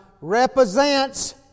represents